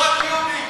לא רק יהודים,